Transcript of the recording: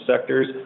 sectors